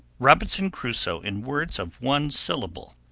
robinson crusoe. in words of one syllable.